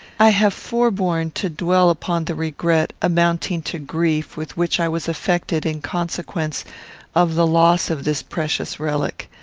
i have forborne to dwell upon the regret, amounting to grief, with which i was affected in consequence of the loss of this precious relic.